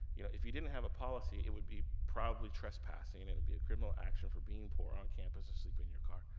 you know if you didn't have a policy, it would be probably trespassing, and it would be a criminal action for being poor, on campus, and sleeping in your car.